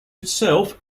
itself